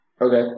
Okay